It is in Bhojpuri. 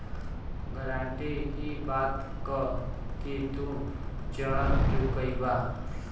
गारंटी इ बात क कि तू ऋण चुकइबा